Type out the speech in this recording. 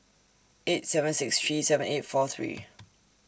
eight seven six three seven eight four three